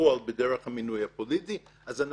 בפועל בדרך המינוי הפוליטי אנחנו